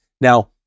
Now